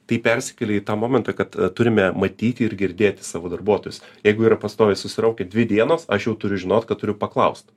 tai persikelia į tą momentą kad turime matyti ir girdėti savo darbuotojus jeigu yra pastoviai susiraukę dvi dienos aš jau turiu žinot kad turiu paklaust